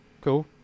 cool